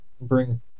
bring